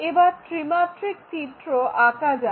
এবার ত্রিমাত্রিক চিত্র আঁকা যাক